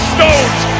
Stones